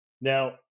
Now